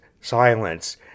silence